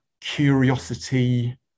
curiosity